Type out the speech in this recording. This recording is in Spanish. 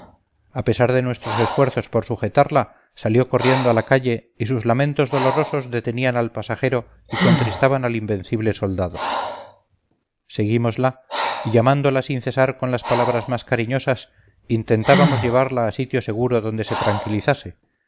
a pesar de nuestros esfuerzos por sujetarla salió corriendo a la calle y sus lamentos dolorosos detenían al pasajero y contristaban al invencible soldado seguímosla y llamándola sin cesar con las palabras más cariñosas intentábamos llevarla a sitio seguro donde se tranquilizase